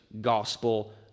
gospel